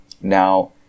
Now